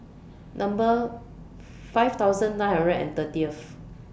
Number five thousand nine hundred and thirtyth